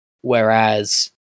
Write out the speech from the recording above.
whereas